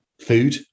food